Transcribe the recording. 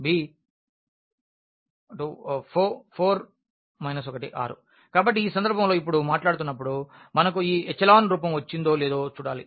b4 1 6 కాబట్టి ఈ సందర్భంలో ఇప్పుడు మాట్లాడుతున్నప్పుడు మనకు ఈ ఎచెలాన్ రూపం వచ్చిందో లేదో చూడాలి